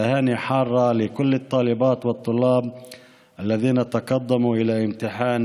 (אומר בערבית: ברכות חמות לכל הסטודנטיות והסטודנטים שניגשו למבחן